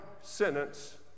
sentence